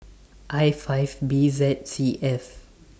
I five B Z C F